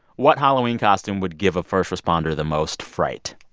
what halloween costume would give a first responder the most fright?